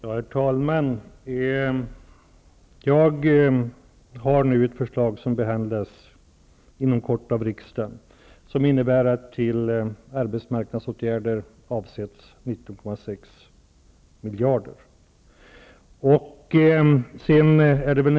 Herr talman! Jag har nu ett förslag som skall be handlas inom kort av riksdagen. Det innebär att till arbetsmarknadsåtgärder skall avsättas 19,6 miljarder kronor.